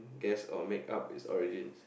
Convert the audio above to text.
guess or make up its origins